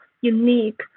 unique